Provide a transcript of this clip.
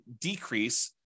decrease